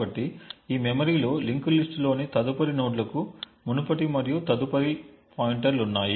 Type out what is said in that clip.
కాబట్టి ఈ మెమరీలో లింక్డ్ లిస్ట్ లోని తదుపరి నోడ్లకు మునుపటి మరియు తదుపరి పాయింటర్లు ఉన్నాయి